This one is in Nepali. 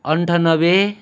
अन्ठानब्बे